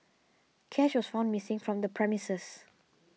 cash was found missing from the premises